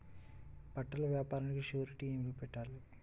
బట్టల వ్యాపారానికి షూరిటీ ఏమి పెట్టాలి?